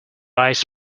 eyes